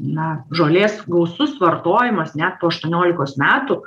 na žolės gausus vartojimas net po aštuoniolikos metų